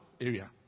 area